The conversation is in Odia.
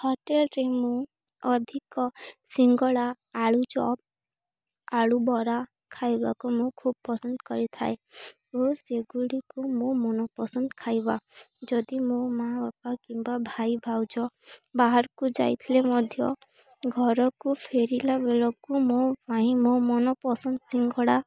ହୋଟେଲ୍ରେ ମୁଁ ଅଧିକ ସିଙ୍ଗଡ଼ା ଆଳୁଚପ୍ ଆଳୁ ବରା ଖାଇବାକୁ ମୁଁ ଖୁବ୍ ପସନ୍ଦ କରିଥାଏ ଓ ସେଗୁଡ଼ିକୁ ମୋ ମନ ପସନ୍ଦ ଖାଇବା ଯଦି ମୋ ମାଆ ବାପା କିମ୍ବା ଭାଇ ଭାଉଜ ବାହାରକୁ ଯାଇଥିଲେ ମଧ୍ୟ ଘରକୁ ଫେରିଲା ବେଳକୁ ମୋ ଭାଇ ମୋ ମନ ପସନ୍ଦ ସିଙ୍ଗଡ଼ା